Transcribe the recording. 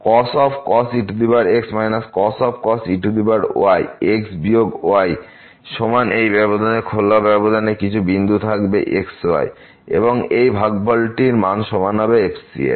cos ex cos ey x বিয়োগ y সমান এই ব্যবধান খোলা ব্যবধানে কিছু বিন্দু থাকবে x y এবং এই ভাগফলটির মানসমান হবে f এর